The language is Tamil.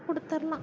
கொடுத்தர்லாம்